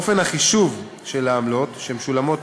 אופן החישוב של העמלות שמשולמות